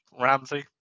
Ramsey